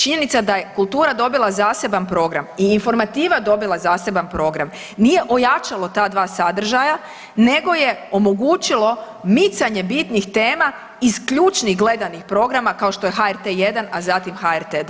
Činjenica da je kultura dobila zaseban program i informativa dobila zaseban program, nije ojačalo ta dva sadržaja nego je omogućilo micanje bitnih tema iz ključnih gledanih programa kao što je HRT 1, a zatim HRT 2.